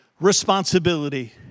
responsibility